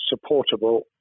supportable